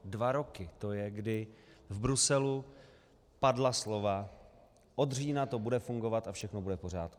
Dva roky to je, kdy v Bruselu padla slova: od října to bude fungovat a všechno bude v pořádku.